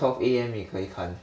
twelve A_M 你也可以看